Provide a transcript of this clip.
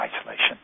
isolation